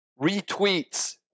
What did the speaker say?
retweets